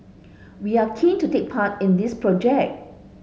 we are keen to take part in this project